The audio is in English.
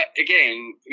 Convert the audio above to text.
again